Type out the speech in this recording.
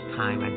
time